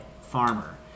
farmer